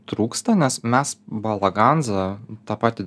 trūksta nes mes balaganza tą patį